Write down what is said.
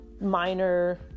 minor